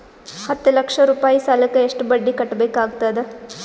ಹತ್ತ ಲಕ್ಷ ರೂಪಾಯಿ ಸಾಲಕ್ಕ ಎಷ್ಟ ಬಡ್ಡಿ ಕಟ್ಟಬೇಕಾಗತದ?